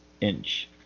inch